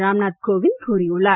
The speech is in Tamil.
ராம் நாத் கோவிந்த் கூறியுள்ளார்